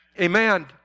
Amen